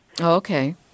Okay